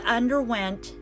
underwent